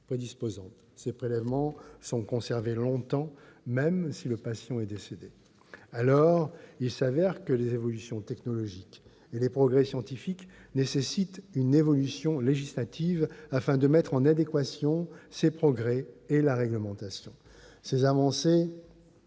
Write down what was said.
prédisposante. Ces prélèvements sont conservés longtemps, même si le patient est décédé. Il apparaît ainsi que les évolutions technologiques et les progrès scientifiques nécessitent une évolution législative : il convient de mettre en adéquation ces progrès et la réglementation. Les avancées